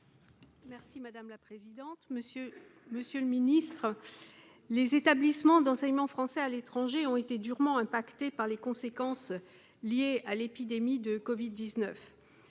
est à Mme Claudine Lepage. Monsieur le ministre, les établissements d'enseignement français à l'étranger sont durement touchés par les conséquences de l'épidémie de Covid-19.